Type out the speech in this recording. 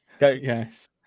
Yes